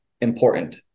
important